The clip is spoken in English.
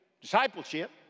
discipleship